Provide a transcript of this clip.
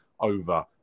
over